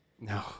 No